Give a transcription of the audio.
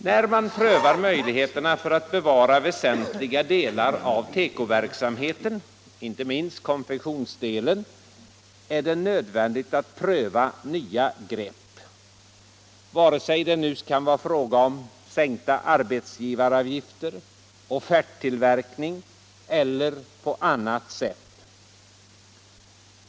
När man prövar möjligheterna att bevara väsentliga delar av tekoverksamheten, inte minst konfektionsdelen, är det nödvändigt att pröva nya grepp vare sig det kan vara fråga om sänkta arbetsgivaravgifter, om offerttillverkning — eller - annat.